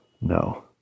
no